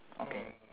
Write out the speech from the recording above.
okay